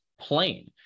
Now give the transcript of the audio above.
plain